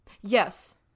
Yes